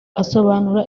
asobanura